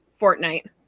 Fortnite